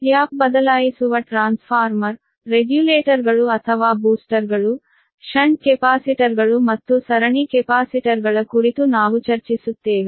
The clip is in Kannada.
ಟ್ಯಾಪ್ ಬದಲಾಯಿಸುವ ಟ್ರಾನ್ಸ್ಫಾರ್ಮರ್ ರೆಗ್ಯುಲೇಟರ್ಗಳು ಅಥವಾ ಬೂಸ್ಟರ್ಗಳು ಷಂಟ್ ಕೆಪಾಸಿಟರ್ಗಳು ಮತ್ತು ಸರಣಿ ಕೆಪಾಸಿಟರ್ಗಳ ಕುರಿತು ನಾವು ಚರ್ಚಿಸುತ್ತೇವೆ